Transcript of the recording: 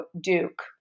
Duke